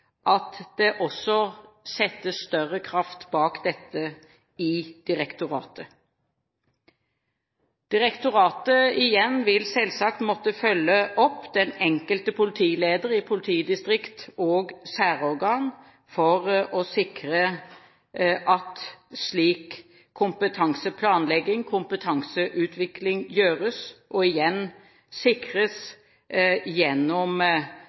at det også settes større kraft bak dette i direktoratet. Direktoratet vil selvsagt måtte følge opp den enkelte politileder i politidistrikt og særorgan for å sikre at slik kompetanseplanlegging og kompetanseutvikling gjøres – og igjen sikres gjennom